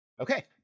Okay